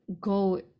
go